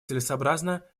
целесообразно